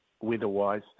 weather-wise